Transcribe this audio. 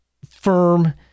firm